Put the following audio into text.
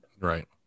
Right